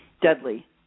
deadly